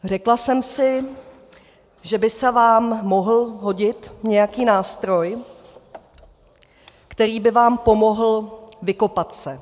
Řekla jsem si, že by se vám mohl hodit nějaký nástroj, který by vám pomohl vykopat se.